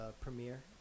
premiere